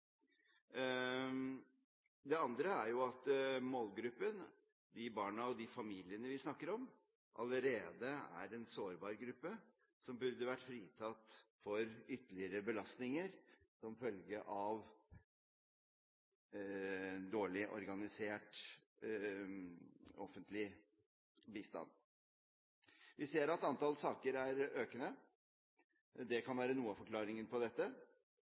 Det andre er at målgruppen – de barna og de familiene vi snakker om – allerede er en sårbar gruppe som burde vært fritatt for ytterligere belastninger som følge av dårlig organisert offentlig bistand. Vi ser at antall saker er økende. Det kan være noe av forklaringen på dette.